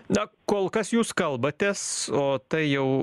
na kol kas jūs kalbatės o tai jau